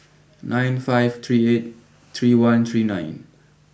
nine five three eight three one three nine